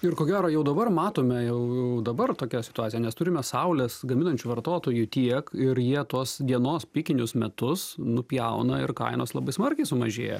ir ko gero jau dabar matome jau dabar tokia situacija nes turime saulės gaminančių vartotojų tiek ir jie tos dienos pikinius metus nupjauna ir kainos labai smarkiai sumažėja